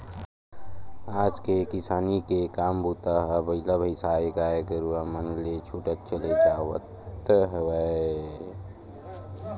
आज के किसानी के काम बूता ह बइला भइसाएगाय गरुवा मन ले छूटत चले जावत हवय